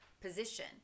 position